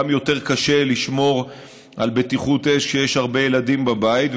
גם יותר קשה לשמור על בטיחות אש כשיש הרבה ילדים בבית.